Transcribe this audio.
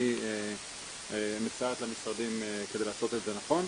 והיא מסייעת למשרדים כדי לעשות את זה נכון.